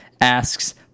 asks